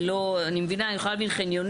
ולא, אני מבינה, אני יכולה להבין חניונים.